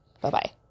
Bye-bye